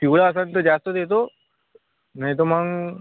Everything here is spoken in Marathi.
पिवळं असेल तर जास्त देतो नाही तर मग